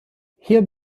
hier